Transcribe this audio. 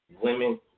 women